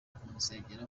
kumusengera